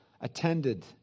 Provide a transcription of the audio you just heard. attended